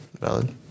Valid